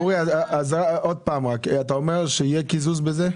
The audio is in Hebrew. אורי, עוד פעם, אתה אומר שיהיה קיזוז בזה?